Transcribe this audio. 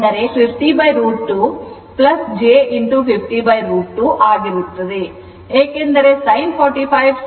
ಏಕೆಂದರೆ sin 45 ಸಹ 1 √ 2 ಆಗಿರುತ್ತದೆ